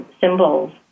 symbols